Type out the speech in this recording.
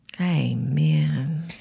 Amen